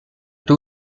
two